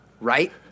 right